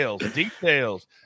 details